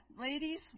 ladies